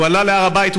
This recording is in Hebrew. והוא עלה להר הבית,